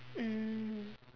mm